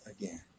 again